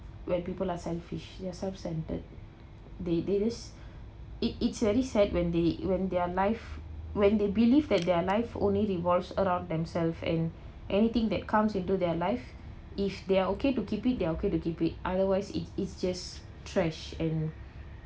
when people are selfish they are self-centered they they just it it's very sad when they when their life when they believe that their life only revolves around themselves and anything that come into their lives if they are okay to keep it they are okay to keep it otherwise it is just trash and